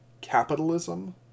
capitalism